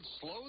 slow